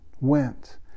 went